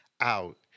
out